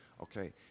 Okay